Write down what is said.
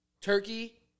Turkey